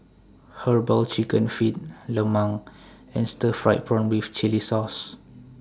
Herbal Chicken Feet Lemang and Stir Fried Prawn with Chili Sauce